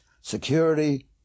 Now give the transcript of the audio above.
security